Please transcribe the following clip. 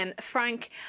Frank